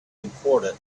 important